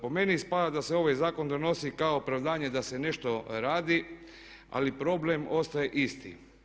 Po meni ispada da se ovaj zakon donosi kao opravdanje da se nešto radi, ali problem ostaje isti.